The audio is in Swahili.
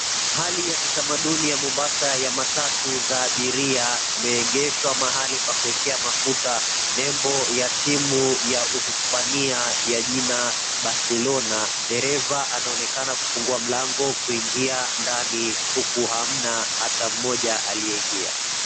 Hali ya kitamaduni ya mombasa ya matatu za abiria, vimeegeshwa mahali pa kuekea mafuta, nembo ya timu ya uhispania ya jina Barcelona, dereva anaonekana kufungua mlango kuingia ndani, huku hamna hata mmoja aliyeegea.